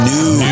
New